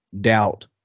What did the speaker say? doubt